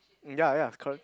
um ya ya it's called